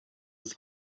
des